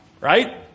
Right